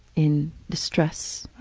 in distress,